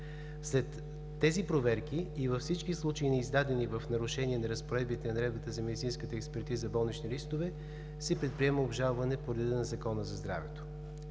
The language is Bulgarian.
След тези проверки и във всички случаи на издадени в нарушение на разпоредбите на Наредбата за медицинска експертиза болнични листове се предприема обжалване по реда на Закона за здравето.